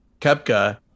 Kepka